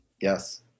Yes